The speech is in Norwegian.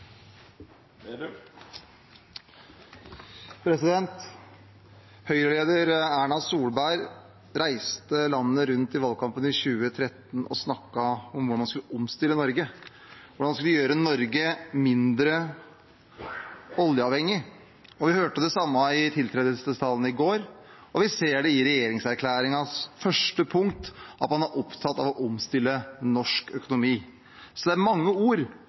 avslutta. Høyre-leder Erna Solberg reiste landet rundt i valgkampen i 2013 og snakket om hvordan man skulle omstille Norge, hvordan vi skulle gjøre Norge mindre oljeavhengig. Vi hørte det samme i regjeringserklæringen i går, og vi ser i regjeringsplattformens første punkt at man er opptatt av å omstille norsk økonomi. Det er mange ord